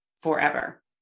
forever